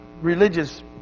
religious